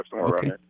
Okay